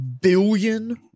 billion